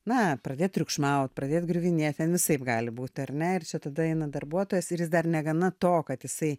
na pradėt triukšmaut pradėt griuvinėt ten visaip gali būt ar ne tada eina darbuotojas ir jis dar negana to kad jisai